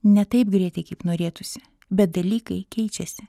ne taip greitai kaip norėtųsi bet dalykai keičiasi